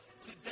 today